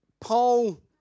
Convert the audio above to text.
Paul